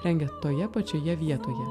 rengia toje pačioje vietoje